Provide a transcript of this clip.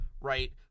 right